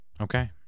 Okay